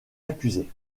accusés